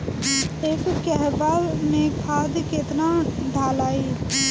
एक कहवा मे खाद केतना ढालाई?